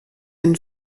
einen